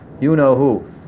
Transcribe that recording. You-know-who